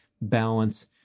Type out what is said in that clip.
balance